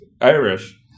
Irish